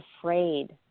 afraid